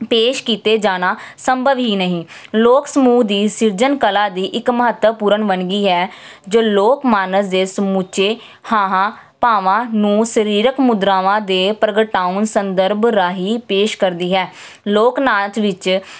ਪੇਸ਼ ਕੀਤੇ ਜਾਣਾ ਸੰਭਵ ਹੀ ਨਹੀਂ ਲੋਕ ਸਮੂਹ ਦੀ ਸਿਰਜਣ ਕਲਾ ਦੀ ਇੱਕ ਮਹੱਤਵਪੂਰਨ ਵੰਨਗੀ ਹੈ ਜੋ ਲੋਕ ਮਾਨਸ ਦੇ ਸਮੁੱਚੇ ਹਾਵਾ ਭਾਵਾਂ ਨੂੰ ਸਰੀਰਕ ਮੁਦਰਾਵਾਂ ਦੇ ਪ੍ਰਗਟਾਉਣ ਸੰਦਰਭ ਰਾਹੀਂ ਪੇਸ਼ ਕਰਦੀ ਹੈ ਲੋਕ ਨਾਚ ਵਿੱਚ